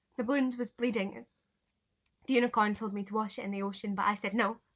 the wound was bleeding and the unicorn told me to wash in the ocean but i said no.